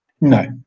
No